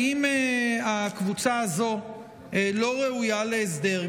האם הקבוצה הזאת לא ראויה להסדר,